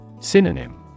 Synonym